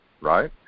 right